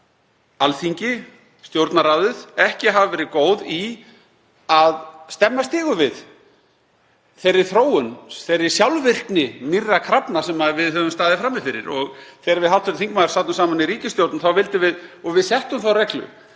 — Alþingi, Stjórnarráðið — ekki hafa verið góð í að stemma stigu við þeirri þróun, þeirri sjálfvirkni nýrra krafna sem við höfum staðið frammi fyrir. Þegar við hv. þingmaður sátum saman í ríkisstjórn vildum við, og settum þá reglu,